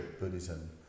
Buddhism